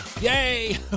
Yay